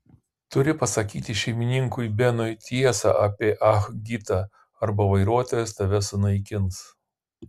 turi pasakyti šeimininkui benui tiesą apie ah gitą arba vairuotojas tave sunaikins